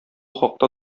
хакта